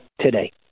today